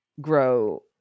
grow